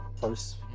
first